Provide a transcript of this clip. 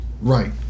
Right